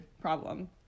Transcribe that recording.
problem